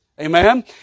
Amen